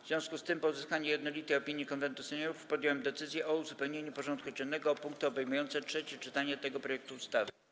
W związku z tym, po uzyskaniu jednolitej opinii Konwentu Seniorów, podjąłem decyzję o uzupełnieniu porządku dziennego o punkt obejmujący trzecie czytanie tego projektu ustawy.